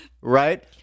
right